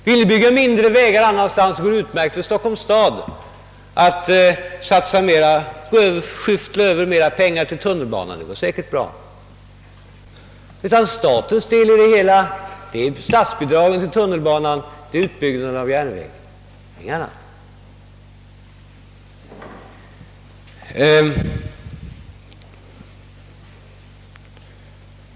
Vill ni bygga färre vägar någon annanstans går det nämligen utmärkt för Stockholms stad att satsa mera pengar på tunnelbanor. Statens del i sammanhanget utgörs av statsbidrag till tun nelbanan och utbyggnad av järnvägen — ingenting annat.